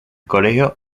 colegio